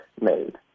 made